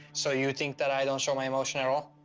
so you think that i don't show my emotion at all?